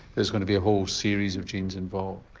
there's going to be a whole series of genes involved.